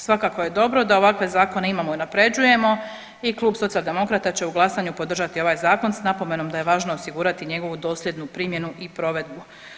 Svakako je dobro da ovakve zakone imamo i unapređujemo i klub Socijaldemokrata će u glasanju podržati ovaj zakon s napomenom da je važno osigurati njegovu dosljednu primjenu i provedbu.